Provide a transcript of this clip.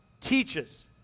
teaches